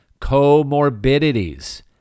comorbidities